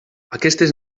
aquestes